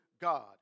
God